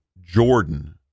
Jordan